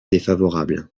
défavorable